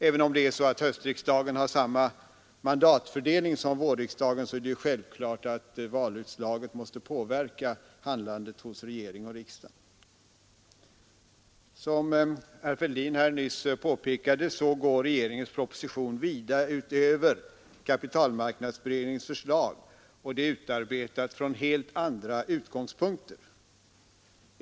Även om det är så att höstriksdagen har samma mandatfördelning som vårriksdagen, är det självklart att valutslaget måste påverka handlandet hos regering och riksdag. Som herr Fälldin nyss påpekade går regeringens proposition vida utöver kapitalmarknadsutredningens förslag, och det är utarbetat från helt andra utgångspunkter.